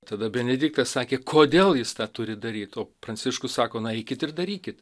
tada benediktas sakė kodėl jis tą turi daryt o pranciškus sako na eikit ir darykit